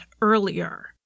earlier